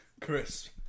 Chris